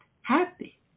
happy